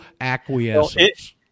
acquiescence